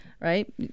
right